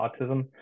autism